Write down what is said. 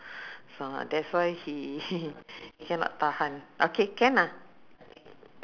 so a lot people don't want to work in tuas so I work lah you know bef~ my last job